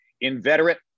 inveterate